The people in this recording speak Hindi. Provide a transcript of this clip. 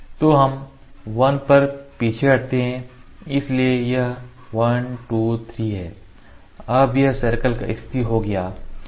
तो हम 1 पर पीछे हटते हैं इसलिए यह 1 2 3 है अब यह सर्कल का स्थिति हो गया है